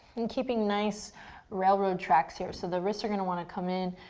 and keeping nice railroad tracks here. so the wrists are gonna wanna come in,